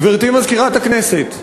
גברתי מזכירת הכנסת,